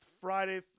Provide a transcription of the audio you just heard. Friday